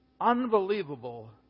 Unbelievable